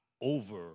over